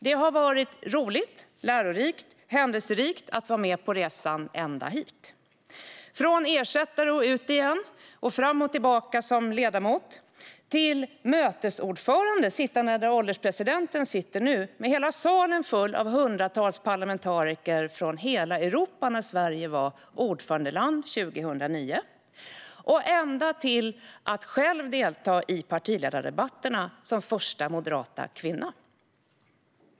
Det har varit roligt, lärorikt och händelserikt att vara med på resan ända hit - från ersättare och ut igen och fram och tillbaka som ledamot, till mötesordförande, sittande där ålderspresidenten sitter nu, med salen full av hundratals parlamentariker från hela Europa när Sverige var ordförandeland 2009, och ända till att själv delta i partiledardebatterna, som första moderata kvinna.